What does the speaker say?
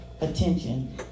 attention